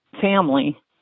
family